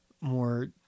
more